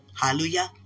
Hallelujah